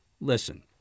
Listen